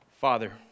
Father